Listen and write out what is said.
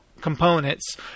components